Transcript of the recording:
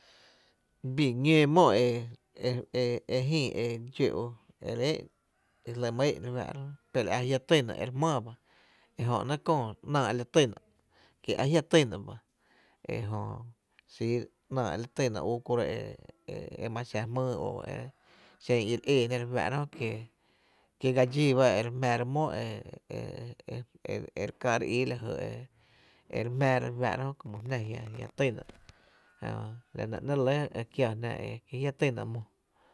Bii ñóó mó e e e jïï e dxó ú e re éé’n, jlí’ my éé’, pero a jia’ tyna e re jmⱥⱥ bá ejö ‘néé’ köö e ‘náá e li týna’ kí a jia’ týna bá, ejö sii ‘náá li týna u kuro’ e ma xa jmýý o xen i re éé jná re fáá’ra jö kie ga dxíí b e re jmⱥⱥra mó e e e e re káá’ re ii la jy e re jmⱥⱥra re fáá’ra, como jná e jia’ týna jää la nɇ ‘néé’ re lɇ e kiaa jná kí jia’ týna mó.